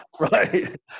Right